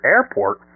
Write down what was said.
Airport